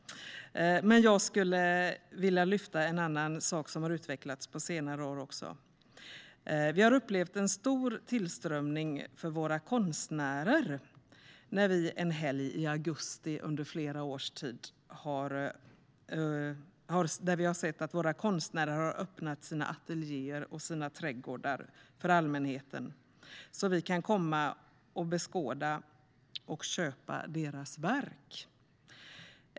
Men jag skulle vilja lyfta fram en annan sak som har utvecklats på senare år. Vi har upplevt en stor tillströmning när våra konstnärer under en helg i augusti under flera års tid har öppnat sina ateljéer och sina trädgårdar för allmänheten. Då kan man komma och beskåda och köpa deras verk.